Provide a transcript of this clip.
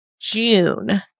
June